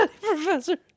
Professor